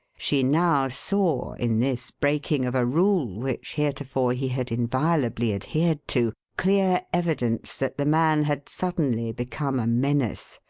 she now saw in this breaking of a rule, which heretofore he had inviolably adhered to, clear evidence that the man had suddenly become a menace,